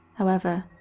however,